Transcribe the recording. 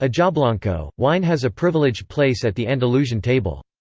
ajoblanco wine has a privileged place at the andalusian table.